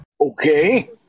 Okay